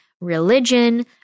religion